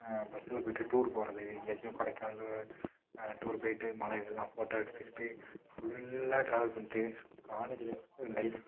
பஸ்ஸில் போயிட்டு டூரு போகிறது எங்கேயாச்சும் கொடைக்கானல் டூர் போயிட்டு மலைகள்லாம் ஃபோட்டால் எடுத்துக்கிட்டு ஃபுல்லா ட்ராவல் பண்ணிட்டு ஸ் காலேஜு லைஃபு லைஃப் தான்